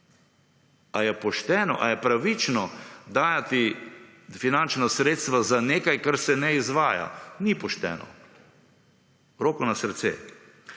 Ali je pošteno, ali je pravično dajati finančna sredstva za nekaj kar se ne izvaja? Ni pošteno, roko na srce.